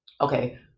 Okay